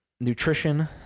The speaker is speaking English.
nutrition